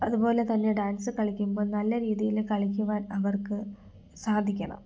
അതുപോലെ തന്നെ ഡാൻസ് കളിക്കുമ്പോൾ നല്ല രീതിയിൽ കളിക്കുവാൻ അവർക്ക് സാധിക്കണം